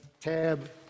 tab